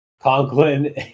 Conklin